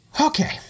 Okay